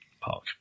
park